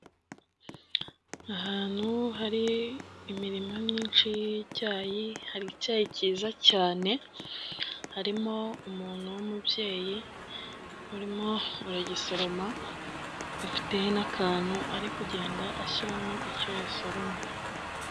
Ahantu hari imirima myinshi y'icyayi, hari icyayi cyiza cyane, harimo umuntu w'umubyeyi urimo aragisoroma afite n'akantu ari kugenda ashyiramo icyo yasoromye.